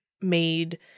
made